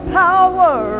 power